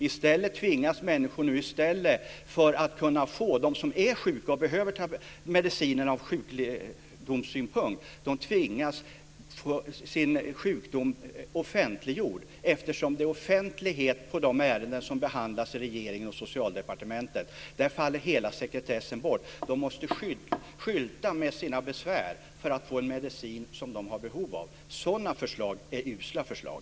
I stället tvingas nu de människor som är sjuka och behöver medicinen av sjukdomsskäl att få sin sjukdom offentliggjord, eftersom de ärenden som behandlas i regeringen och Socialdepartementet är offentliga. Där faller hela sekretessen bort. De måste skylta med sina besvär för att få en medicin som de har behov av. Sådana förslag är usla förslag.